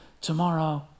tomorrow